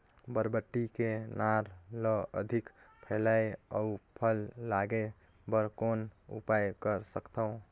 बरबट्टी के नार ल अधिक फैलाय अउ फल लागे बर कौन उपाय कर सकथव?